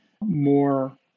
more